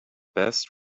best